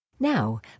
Now